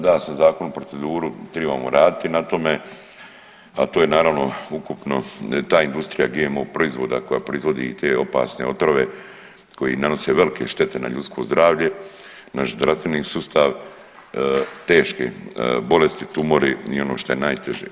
Dao sam zakon u proceduru, tribamo raditi na tome, ali to je naravno ukupno ta industrija GMO proizvoda koja proizvodi i te opasne otrove koji nanose velike štete na ljudsko zdravlje, naš zdravstveni sustav, teške bolesti, tumori i ono što je najteže.